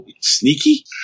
sneaky